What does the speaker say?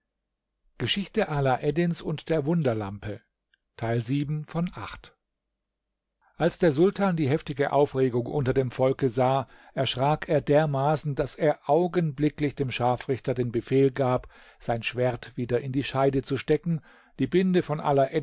als der sultan die heftige aufregung unter dem volke sah erschrak er dermaßen daß er augenblicklich dem scharfrichter den befehl gab sein schwert wieder in die scheide zu stecken die binde von